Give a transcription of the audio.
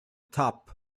top